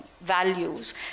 values